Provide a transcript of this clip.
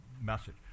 message